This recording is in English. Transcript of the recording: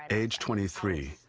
age twenty three,